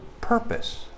purpose